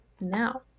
now